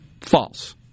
false